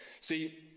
See